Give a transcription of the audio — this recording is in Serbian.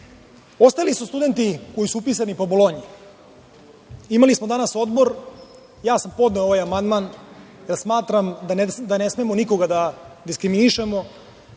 su studenti koji su upisani po Bolonji. Imali smo danas odbor. Podneo sam danas amandman, jer smatram da ne smemo nikoga da diskriminišemo.